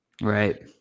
Right